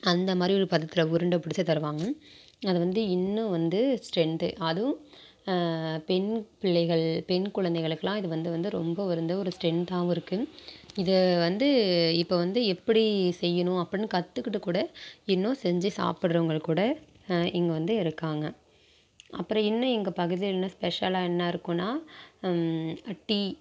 அந்தமாதிரி ஒரு பதத்தில் உருண்ட பிடுச்சி தருவாங்க அது வந்து இன்னும் வந்து ஸ்ட்ரென்த்து அதுவும் பெண் பிள்ளைகள் பெண் குழந்தைகளுக்கெலாம் இது வந்து வந்து ரொம்ப வருந்து ஒரு ஸ்ட்ரென்த்தாகவும் இருக்குது இது வந்து இப்போ வந்து எப்படி செய்யணும் அப்படின்னு கற்றுக்கிட்டு கூட இன்னும் செஞ்சு சாப்பிட்றவங்க கூட இங்கே வந்து இருக்காங்க அப்புறம் இன்னும் எங்கள் பகுதியில் என்ன ஸ்பெஷலாக என்ன இருக்கும்னா டீ